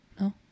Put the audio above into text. no